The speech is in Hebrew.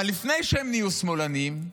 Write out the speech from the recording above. אבל לפני שהם נהיו שמאלנים,